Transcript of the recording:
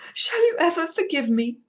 shall you ever forgive me?